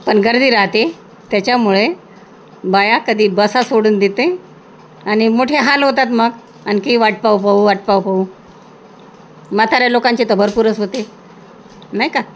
पण गर्दी राहते त्याच्यामुळे बाया कधी बसा सोडून देते आणि मोठे हाल होतात मग आणखी वाट पाहू पाहू वाट पाहू पाहू म्हाताऱ्या लोकांचे तर भरपूरच होते नाही का